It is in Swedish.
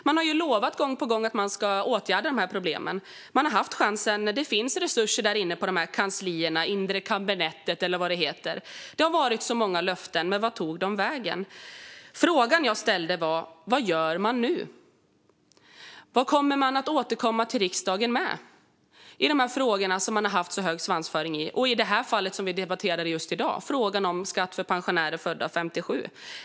Man har ju lovat gång på gång att man ska åtgärda problemen. Man har haft chansen. Det finns resurser inne på kanslierna, i det inre kabinettet eller vad det heter. Det har varit många löften, men vart tog de vägen? Den fråga jag ställde var: Vad gör man nu? Vad kommer man att återkomma till riksdagen med i de frågor där man har haft en hög svansföring, i det här fallet den fråga som vi debatterar i dag, nämligen skatt för pensionärer födda 1957?